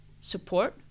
support